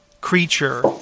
creature